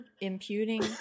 imputing